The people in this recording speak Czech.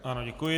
Ano, děkuji.